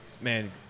man